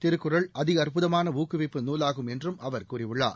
திருக்குறள் அதி அற்புதமான ஊக்குவிப்பு நூலாகும் என்றும் அவர் கூறியுள்ளார்